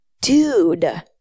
dude